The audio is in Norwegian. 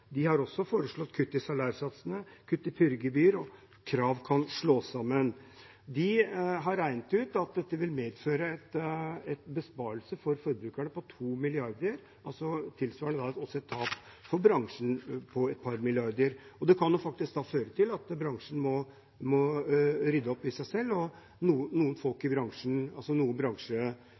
De har også foreslått kutt i salærsatser, kutt i purregebyr og at krav kan slås sammen. De har regnet ut at dette vil medføre en besparelse for forbrukerne på 2 mrd. kr, tilsvarende et tap for bransjen på et par milliarder. Det kan faktisk føre til at bransjen enten må rydde opp i seg selv, og noen